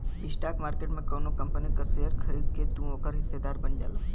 stock market में कउनो company क शेयर खरीद के तू ओकर हिस्सेदार बन जाला